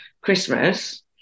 Christmas